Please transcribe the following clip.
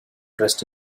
dressed